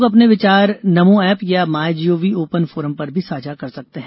लोग अपने विचार नमो एप या माइजीओवी ओपन फोरम पर भी साझा कर सकते हैं